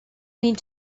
need